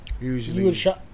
usually